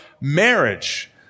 marriage